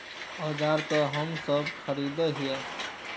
औजार तो हम सब खरीदे हीये?